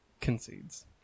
concedes